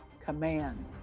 command